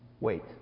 Wait